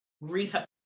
rehab